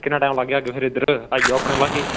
किन्ना टैम लाह्गे फिर आई जाओ अपने लाकै ई